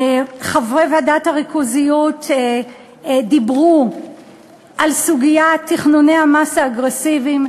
חברי ועדת הריכוזיות דיברו על סוגיית תכנוני המס האגרסיביים,